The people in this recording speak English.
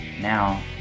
now